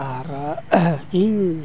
ᱟᱨ ᱤᱧ